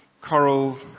Coral